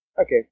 okay